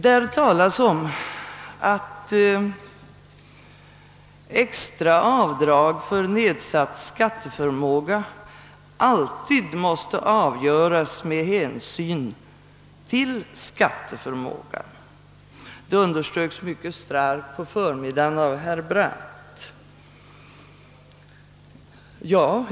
Där talas om att extra avdrag för nedsatt skatteförmåga alltid måste avgöras med hänsyn till skatteförmågan — det underströks mycket starkt på förmiddagen av herr Brandt.